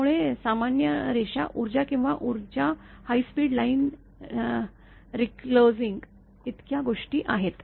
त्यामुळे सामान्य रेषा ऊर्जा किंवा ऊर्जा हायस्पीड लाईन रिक्लोजिंग इतक्या गोष्टी आहेत